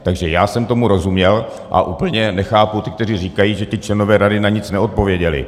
Takže já jsem tomu rozuměl a úplně nechápu ty, kteří říkají, že členové rady na nic neodpověděli.